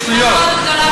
זה שטויות.